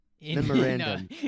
Memorandum